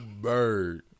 bird